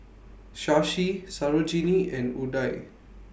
Shashi Sarojini and Udai